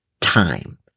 time